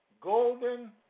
Golden